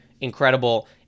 incredible